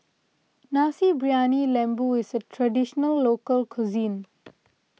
Nasi Briyani Lembu is a Traditional Local Cuisine